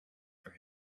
for